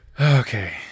okay